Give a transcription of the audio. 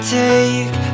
take